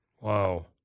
Wow